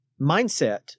mindset